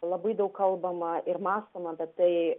labai daug kalbama ir mąstoma bet tai